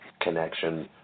connection